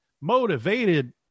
motivated